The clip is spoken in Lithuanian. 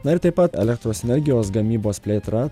na ir taip pat elektros energijos gamybos plėtra